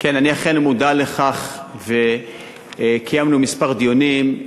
כן, אני אכן מודע לכך, וקיימנו כמה דיונים.